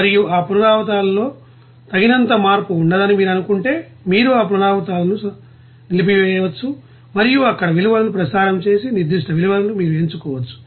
మరియు ఆ పునరావృతాలలో తగినంత మార్పు ఉండదని మీరు అనుకుంటే మీరు ఆ పునరావృతాలను నిలిపివేయవచ్చు మరియు అక్కడ విలువను ప్రసారం చేసే నిర్దిష్ట విలువను మీరు ఎంచుకోవచ్చు